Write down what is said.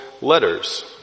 letters